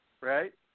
right